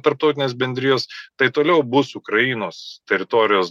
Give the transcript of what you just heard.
tarptautinės bendrijos tai toliau bus ukrainos teritorijos